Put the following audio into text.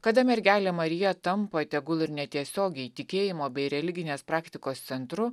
kada mergelė marija tampa tegul ir netiesiogiai tikėjimo bei religinės praktikos centru